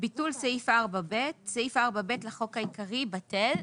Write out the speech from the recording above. ביטול סעיף 4ב 3א. סעיף 4ב לחוק העיקרי בטל.